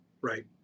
right